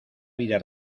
vida